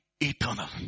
eternal